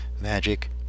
magic